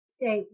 say